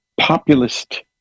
populist